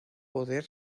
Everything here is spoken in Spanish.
poder